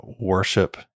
worship